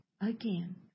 again